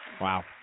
Wow